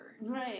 Right